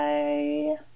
Bye